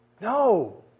No